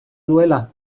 duela